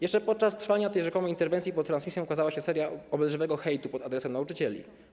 Jeszcze podczas trwania tej rzekomej interwencji pod transmisją ukazała się seria obelżywego hejtu pod adresem nauczycieli.